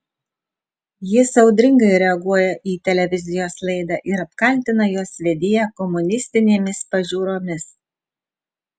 jis audringai reaguoja į televizijos laidą ir apkaltina jos vedėją komunistinėmis pažiūromis